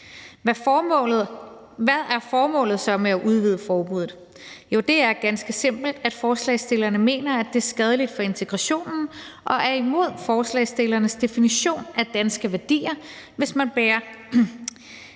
Hvad er formålet så med at udvide forbuddet? Jo, det er ganske simpelt, at forslagsstillerne mener, at det er skadeligt for integrationen, og at det er imod forslagsstillernes definition af danske værdier, hvis man bærer